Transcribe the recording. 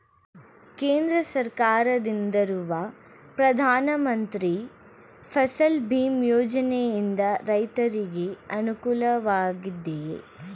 ಕೇಂದ್ರ ಸರ್ಕಾರದಿಂದಿರುವ ಪ್ರಧಾನ ಮಂತ್ರಿ ಫಸಲ್ ಭೀಮ್ ಯೋಜನೆಯಿಂದ ರೈತರಿಗೆ ಅನುಕೂಲವಾಗಿದೆಯೇ?